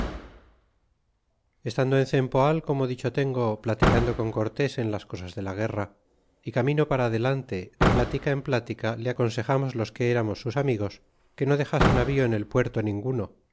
estando en cempoal como dicho tengo platicando con cortés en las cosas de la guerra y camino para adelante de plática en plática le aconsejamos los que amos sus amigos que no dex ase navío en el puerto ninguno